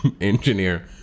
Engineer